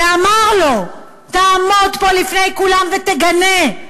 ואמר לו: תעמוד פה לפני כולם ותגנה.